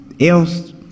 else